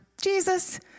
Jesus